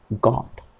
god